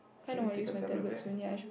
can you take your tablet back